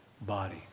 body